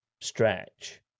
stretch